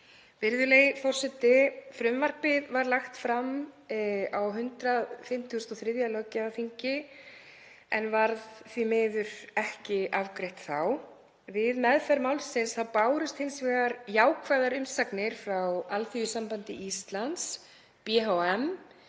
Virðulegi forseti. Frumvarpið var lagt fram á 153. löggjafarþingi en varð því miður ekki afgreitt þá. Við meðferð málsins bárust hins vegar jákvæðar umsagnir frá Alþýðusambandi Íslands, BHM,